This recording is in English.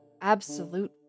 Absolute